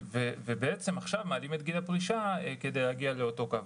בעצם עכשיו מעלים את גיל הפרישה כדי להגיע לאותו קו.